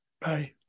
Bye